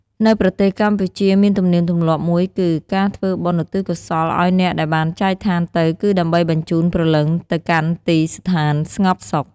នៅប្រទេសកម្ពុជាមានទនៀមទម្លាប់មួយគឺ ការធ្វើបុណ្យឧទិសកុសលឲ្យអ្នកដែលបានចែកឋានទៅគឺដើម្បីបញ្ជូនព្រលឹងទៅកាន់ទីស្ថានស្ងប់សុខ។